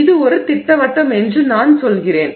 இது ஒரு திட்டவட்டம் என்று நான் சொல்கிறேன்